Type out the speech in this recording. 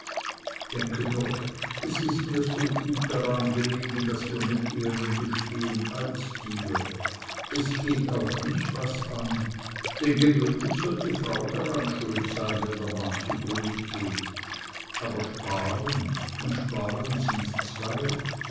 denke doch es ist mir so gut daran gelegen daß wir mit ehren bestehen als dir es geht auch mich was an denn gewöhnlich soll die frau daran schuld sein wenn der mann zugrunde geht aber sparen und sparen sind zwei